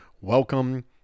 welcome